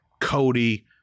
cody